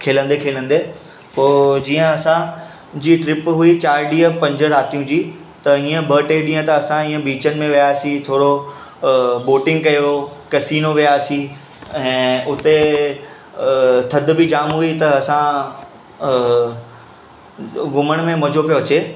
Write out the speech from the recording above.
खेलंदे खेलंदे पोइ जीअं असां जी ट्रिप हुई चार ॾींहं पंज रातियूं जी त इएं ॿ टे ॾींहं त असां इअं बिचनि में वियासी थोरो अ बोटींग कयो कसिनो वियासीं ऐं उते अ थधु बि जाम हुई त असां अ घुमण में मज़ो पियो अचे